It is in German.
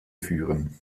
führen